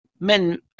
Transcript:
men